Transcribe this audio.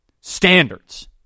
standards